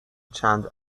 چند